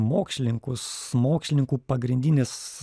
mokslininkus mokslininkų pagrindinis